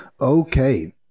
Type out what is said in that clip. Okay